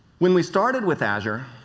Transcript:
when we started with azure,